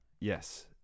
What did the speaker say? Yes